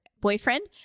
boyfriend